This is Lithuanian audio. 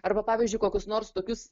arba pavyzdžiui kokius nors tokius